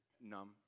numb